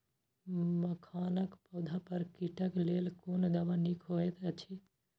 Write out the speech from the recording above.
मखानक पौधा पर कीटक लेल कोन दवा निक होयत अछि?